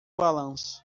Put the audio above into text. balanço